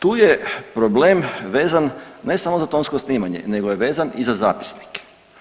Tu je problem vezan ne samo za tonsko snimanje, nego je vezan i za zapisnik.